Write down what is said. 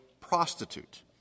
prostitute